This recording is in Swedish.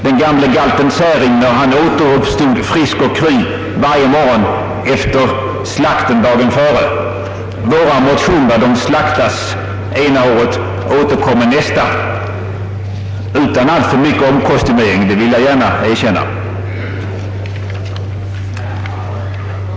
Den gamle galten Särimner återuppstod frisk och kry varje morgon efter slakten dagen före. Våra motioner slaktas ena året och återkommer nästa, utan alltför mycket omkostymering, det vill jag gärna erkänna.